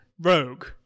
Rogue